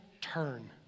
turn